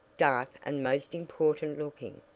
dark and most important-looking.